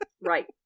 Right